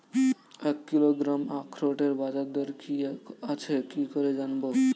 এক কিলোগ্রাম আখরোটের বাজারদর কি আছে কি করে জানবো?